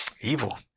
Evil